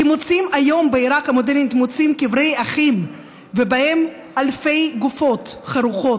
כי מוצאים היום בעיראק המודרנית קברי אחים ובהם אלפי גופות חרוכות,